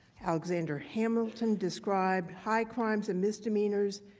alexander hamilton described high crimes and misdemeanors.